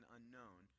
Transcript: unknown